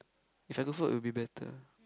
if I could float it'll be better